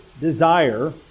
desire